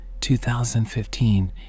2015